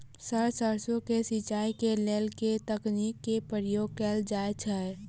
Sir सैरसो केँ सिचाई केँ लेल केँ तकनीक केँ प्रयोग कैल जाएँ छैय?